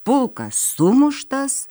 pulkas sumuštas